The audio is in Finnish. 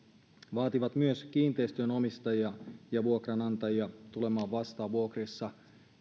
vaativat myös kiinteistöjen omistajia ja vuokranantajia tulemaan vastaan vuokrissa